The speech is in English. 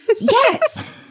Yes